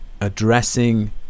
addressing